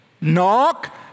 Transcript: Knock